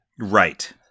Right